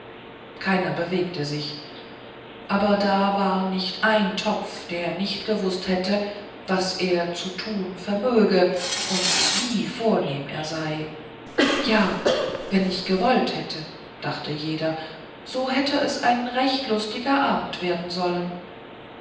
keiner bewegte sich aber da war nicht ein topf der nicht gewußt hätte was er zu thun vermöge und wie vornehm er sei ja wenn ich gewollt hätte dachte jeder so hätte es ein recht lustiger abend werden sollen